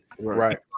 Right